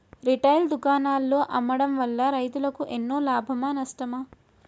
Retail దుకాణాల్లో అమ్మడం వల్ల రైతులకు ఎన్నో లాభమా నష్టమా?